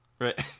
Right